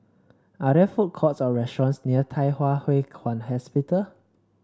are there food courts or restaurants near Thye Hua Kwan Hospital